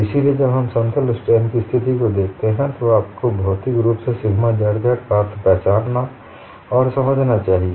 इसलिए जब आप समतल स्ट्रेन की स्थिति को देखते हैं तो आपको भौतिक रूप से सिग्मा zz का अर्थ पहचानना और समझना चाहिए